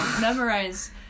memorize